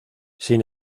sin